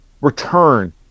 return